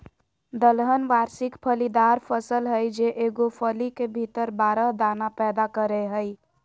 दलहन वार्षिक फलीदार फसल हइ जे एगो फली के भीतर बारह दाना पैदा करेय हइ